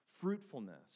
fruitfulness